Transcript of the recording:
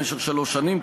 למשך שלוש שנים,